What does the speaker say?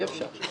אי-אפשר.